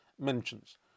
mentions